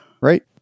right